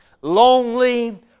lonely